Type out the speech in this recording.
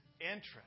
interest